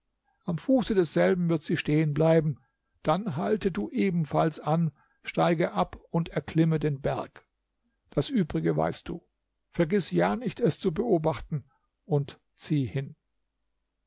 am fuße desselben wird sie stehen bleiben dann halte du ebenfalls an steige ab und erklimme den berg das übrige weißt du vergiß ja nicht es zu beobachten und zieh hin